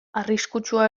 arriskutsua